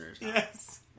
Yes